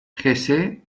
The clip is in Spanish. jesse